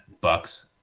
Bucks